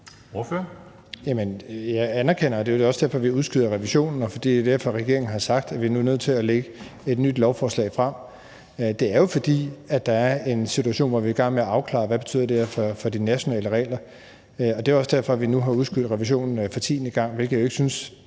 Jeg anerkender – og det er jo også derfor, at vi udskyder revisionen, og det er derfor, regeringen har sagt, at vi nu er nødt til at fremsætte et nyt lovforslag – at der er en situation, hvor vi er i gang med at afklare, hvad det her betyder for de nationale regler. Det er også derfor, vi nu har udskudt revisionen for tiende gang, hvilket jeg ikke synes